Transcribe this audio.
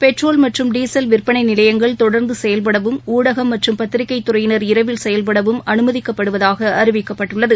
petrol மற்றும் diesel விற்பனைநிலையங்கள் தொடர்ந்தசெயல்படவும் ஊடகம் மற்றும் பத்திரிகைத் துறையினர் இரவில் செயல்படவும் அனுமதிக்கப்படுவதாகஅறிவிக்கப்பட்டுள்ளது